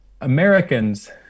Americans